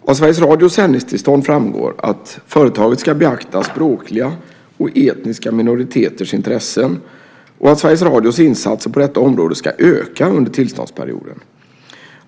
Av Sveriges Radios sändningstillstånd framgår att företaget ska beakta språkliga och etniska minoriteters intressen och att Sveriges Radios insatser på detta område ska öka under tillståndsperioden.